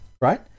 right